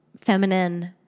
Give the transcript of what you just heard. feminine